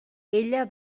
ella